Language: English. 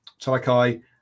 Taikai